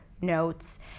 notes